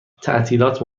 تعطیلات